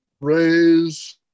raise